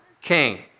king